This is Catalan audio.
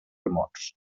remots